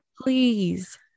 please